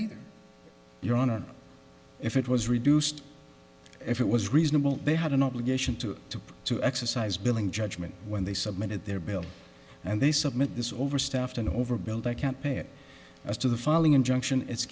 either your honor if it was reduced if it was reasonable they had an obligation to to to exercise billing judgment when they submitted their bill and they submitted this overstaffed and overbuild i can't pay it as to the falling injunction it's